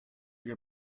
your